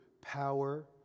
power